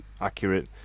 accurate